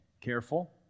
careful